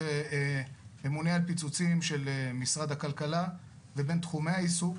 וממונה על פיצוצים של משרד הכלכלה לבין תחומי העיסוק,